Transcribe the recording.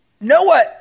Noah